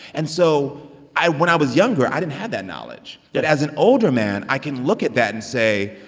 and so i when i was younger, i didn't have that knowledge. but as an older man, i can look at that and say,